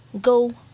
go